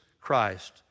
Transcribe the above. Christ